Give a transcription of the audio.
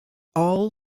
all